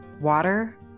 water